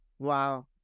Wow